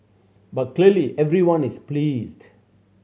but clearly everyone is pleased